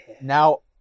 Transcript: Now